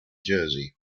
jersey